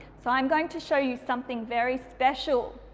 so, i'm going to show you something very special.